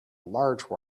large